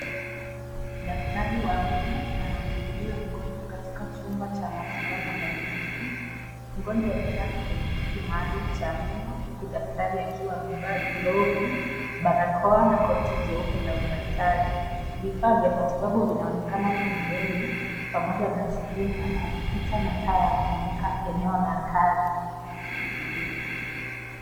Daktari wa meno anamhudumia mgonjwa katika chumba cha matibabu ya meno. Mgonjwa amelala kwenye kiti maalum cha meno huku daktari akiwa amevaa glovu, barakoa na koti jeupe la udaktari. Vifaa vya matibabu vinaonekana pembeni pamoja na skrini ya kompyuta na taa ya kumulika eneo la kazi.